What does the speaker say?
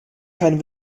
kein